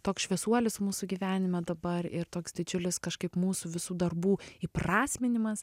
toks šviesuolis mūsų gyvenime dabar ir toks didžiulis kažkaip mūsų visų darbų įprasminimas